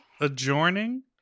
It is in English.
Adjoining